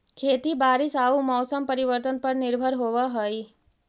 खेती बारिश आऊ मौसम परिवर्तन पर निर्भर होव हई